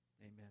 Amen